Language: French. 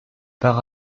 par